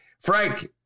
Frank